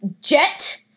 Jet